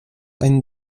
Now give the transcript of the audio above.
einen